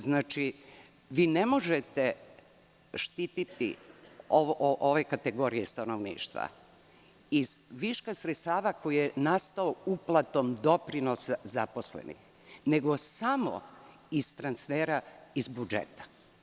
Znači, vi ne možete štititi ove kategorije stanovništva iz viška sredstava koji je nastao uplatom doprinosa zaposlenih, nego samo iz transfera iz budžeta.